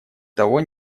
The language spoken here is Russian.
того